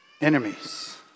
enemies